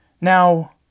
Now